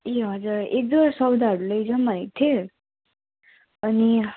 ए हजुर एक दुईवटा सौदाहरू लैजाउँ भनेको थिएँ अनि